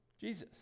Jesus